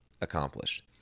accomplished